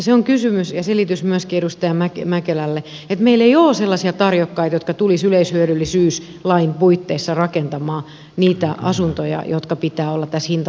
se on selitys myöskin edustaja mäkelälle että meillä ei ole sellaisia tarjokkaita jotka tulisivat yleishyödyllisyyslain puitteissa rakentamaan niitä asuntoja joiden pitää olla tässä hintaluokassa